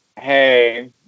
hey